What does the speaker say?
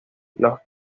los